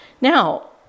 Now